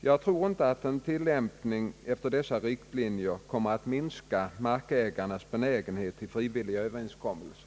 Jag tror inte att en tillämpning efter dessa riktlinjer kommer att minska markägarnas benägenhet för frivilliga överenskommelser.